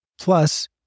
Plus